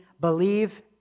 believe